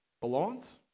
belongs